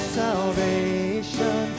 salvation